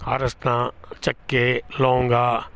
ಅರಸ್ನಾ ಚಕ್ಕೆ ಲವಂಗ